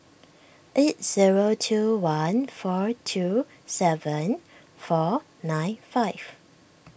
eight zero two one four two seven four nine five